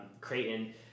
Creighton